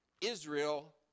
Israel